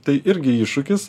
tai irgi iššūkis